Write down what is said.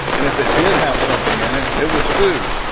and if it did have something in it it was food,